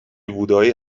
بودایی